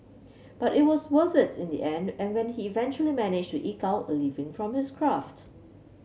but it was worth it in the end when he eventually managed to eke out a living from his craft